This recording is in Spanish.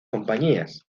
compañías